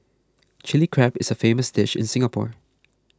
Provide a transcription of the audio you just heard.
Chilli Crab is a famous dish in Singapore